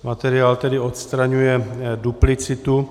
Materiál tedy odstraňuje duplicitu.